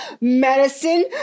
medicine